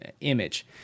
image